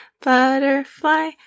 Butterfly